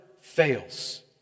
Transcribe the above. fails